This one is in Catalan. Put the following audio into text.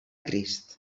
crist